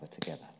together